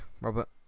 Robert